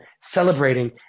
celebrating